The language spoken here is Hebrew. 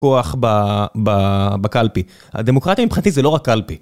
מה נשמע